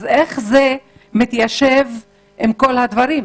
אז איך זה מתיישב עם כל הדברים.